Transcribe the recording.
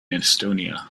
estonia